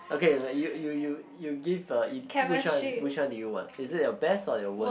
okay you you you you give uh which one which one do you want is it your best or your worst